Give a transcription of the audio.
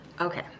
Okay